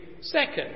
Second